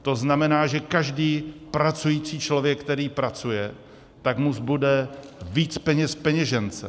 To znamená, že každý pracující člověk, který pracuje, tak mu zbude víc peněz v peněžence.